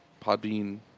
podbean